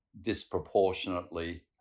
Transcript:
disproportionately